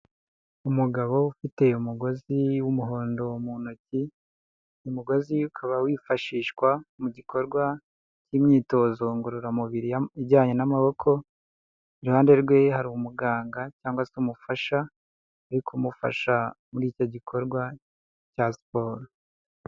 Umugabo ufite umugozi w'umuhondo mu ntoki, umugozi ukaba wifashishwa mu gikorwa cy'imyitozo ngororamubiri ijyanye n'amaboko, iruhande rwe hari umuganga cyangwa se umufasha ari kumufasha muri icyo gikorwa cya siporo.